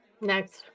Next